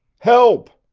help!